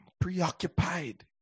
preoccupied